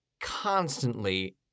constantly